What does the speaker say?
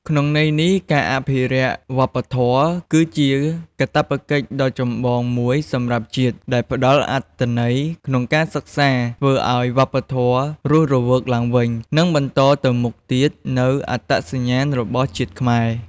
ក្នុងន័យនេះ ការអភិរក្សវប្បធម៌គឺជាកាតព្វកិច្ចដ៏ចម្បងមួយសម្រាប់ជាតិ ដែលផ្ដល់អត្ថន័យក្នុងការសិក្សា ធ្វើឲ្យវប្បធម៌រស់រវើកឡើងវិញ និងបន្តទៅមុខទៀតនូវអត្តសញ្ញាណរបស់ជាតិខ្មែរ។